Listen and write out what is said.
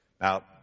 now